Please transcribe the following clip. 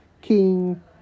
King